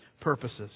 purposes